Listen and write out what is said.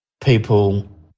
people